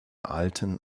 alten